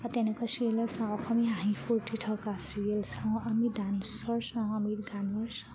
তেনেকুৱা চিৰিয়েলবিলাক চাওঁ অসমীয়া হাঁহি ফূৰ্তি থকা চিৰিয়েল চাওঁ আমি ডান্সৰ চাওঁ আমি গানৰ চাওঁ